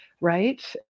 right